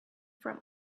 from